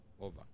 over